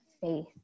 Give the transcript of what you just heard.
faith